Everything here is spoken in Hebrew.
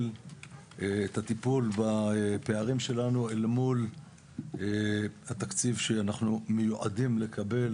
את הטיפול בפערים שלנו אל מול התקציב שאנחנו מיועדים לקבל,